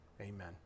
Amen